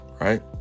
right